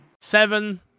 Seven